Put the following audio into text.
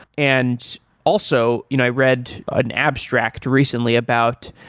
and also, you know i read an abstract recently about,